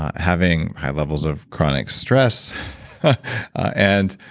having high levels of chronic stress and